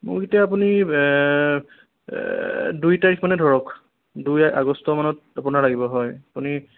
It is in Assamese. মোক এতিয়া আপুনি দুই তাৰিখ মানে ধৰক দুই আগষ্ট মানত আপোনাৰ লাগিব হয় আপুনি